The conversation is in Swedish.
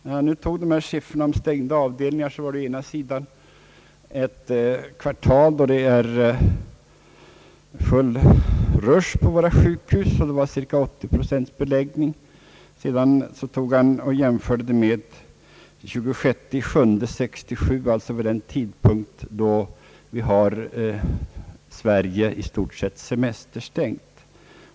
När han anförde siffrorna för stängda avdelningar valde han å ena sidan ett kvartal då det är full rush på våra sjukhus och redovisade då cirka 80 procents beläggning. Å andra sidan tog han läget den 26 juli 1967, alltså vid den tidpunkt då Sverige 1 stort sett är semesterstängt.